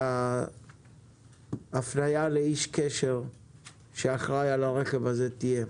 תהיה הפניה לאיש קשר שאחראי על הרכב הזה.